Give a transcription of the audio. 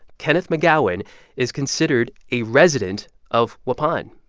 kenneth mcgowan is considered a resident of waupun,